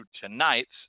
tonight's